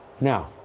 now